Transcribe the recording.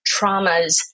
traumas